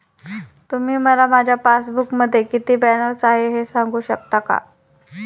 तुम्ही मला माझ्या पासबूकमध्ये किती बॅलन्स आहे हे सांगू शकता का?